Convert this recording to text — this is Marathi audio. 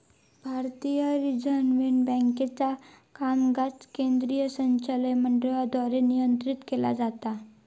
भारतीय रिझर्व्ह बँकेचा कामकाज केंद्रीय संचालक मंडळाद्वारे नियंत्रित केला जाता